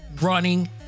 running